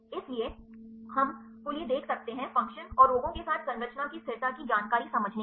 इसलिए हमकोलिए देख सकते हैं फ़ंक्शन और रोगों के साथ संरचना की स्थिरता की जानकारीसमझने के